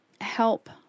help